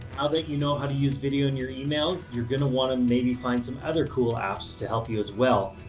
ah that you know how to use video in your email, you're going to want to maybe find some other cool apps to help you as well.